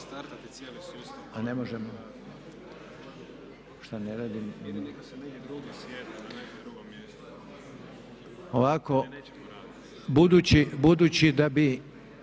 Budući da je